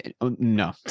no